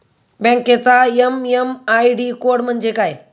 बँकेचा MM ID code म्हणजे काय?